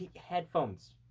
headphones